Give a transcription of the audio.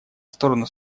сторону